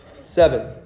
Seven